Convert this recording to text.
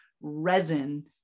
resin